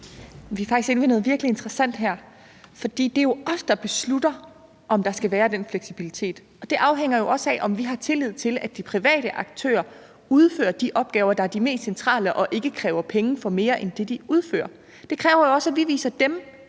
Vi er faktisk inde på noget virkelig interessant her. For det er jo os, der beslutter, om der skal være den fleksibilitet, og det afhænger også af, om vi har tillid til, at de private aktører udfører de opgaver, der er de mest centrale, og ikke kræver penge for mere end det, de udfører. Det kræver jo også, at vi viser dem